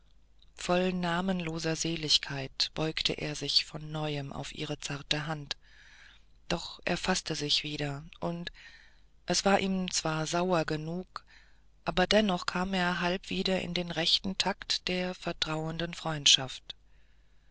voll namenloser seligkeit beugte er sich von neuem auf ihre zarte hand doch er faßte sich wieder und es war ihm zwar sauer genug aber dennoch kam er halb wieder in den rechten takt der vertrauenden freundschaft